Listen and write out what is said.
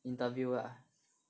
interview lah